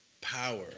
power